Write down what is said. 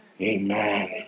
Amen